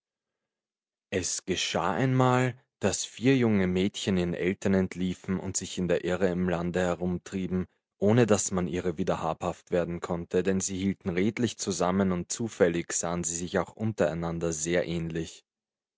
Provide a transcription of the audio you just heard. es geschah einmal daß vier junge mädchen ihren eltern entliefen und sich in der irre im lande herumtrieben ohne daß man ihrer wieder habhaft werden konnte denn sie hielten redlich zusammen und zufällig sahen sie sich auch untereinander sehr ähnlich